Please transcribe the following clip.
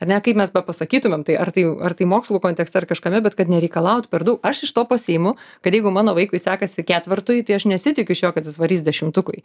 ar ne kaip mes bepasakytumėm tai ar tai ar tai mokslų kontekste ar kažkame bet kad nereikalaut per daug aš iš to pasiimu kad jeigu mano vaikui sekasi ketvertui tai aš nesitikiu iš jo kad jis varys dešimtukui